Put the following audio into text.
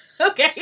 Okay